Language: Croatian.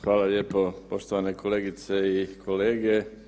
Hvala lijepo poštovane kolegice i kolege.